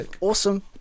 awesome